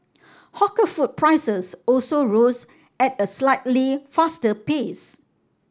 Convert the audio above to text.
hawker food prices also rose at a slightly faster pace